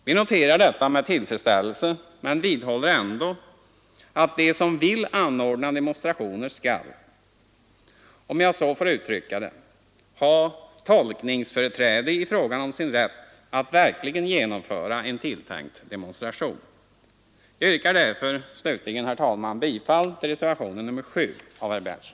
Vi noterar detta med tillfredsställelse men vidhåller ändå att de som vill anordna demonstrationer skall, om jag så får uttrycka det, ha tolkningsföreträde i fråga om sin rätt att verkligen genomföra en tilltänkt demonstration. Herr talman! Jag yrkar slutligen bifall till reservationen 7 av herr Berndtson.